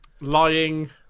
Lying